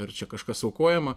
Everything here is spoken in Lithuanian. ar čia kažkas aukojama